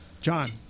John